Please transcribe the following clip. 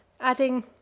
Adding